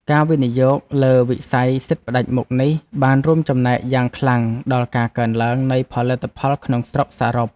ការវិនិយោគលើវិស័យសិទ្ធិផ្តាច់មុខនេះបានរួមចំណែកយ៉ាងខ្លាំងដល់ការកើនឡើងនៃផលិតផលក្នុងស្រុកសរុប។